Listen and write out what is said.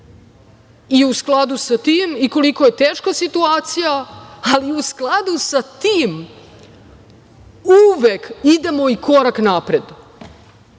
i u skladu sa tim i koliko je teška situacija, ali i u skladu sa tim uvek idemo i korak napred,